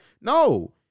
No